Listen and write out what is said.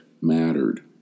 mattered